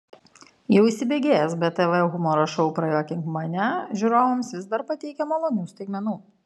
jau įsibėgėjęs btv humoro šou prajuokink mane žiūrovams vis dar pateikia malonių staigmenų